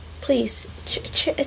please